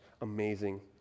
amazing